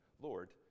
Lord